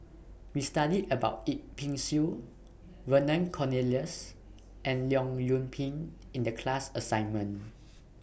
We studied about Yip Pin Xiu Vernon Cornelius and Leong Yoon Pin in The class assignment